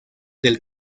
del